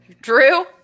Drew